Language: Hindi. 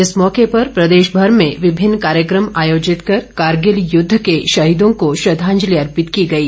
इस मौके पर प्रदेशभर में विभिन्न कार्यक्रम आयोजित कर कारगिल युद्ध के शहीदों को श्रद्दांजलि अर्पित की गई